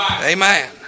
Amen